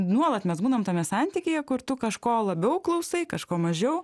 nuolat mes būnam tame santykyje kur tu kažko labiau klausai kažko mažiau